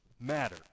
matter